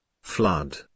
flood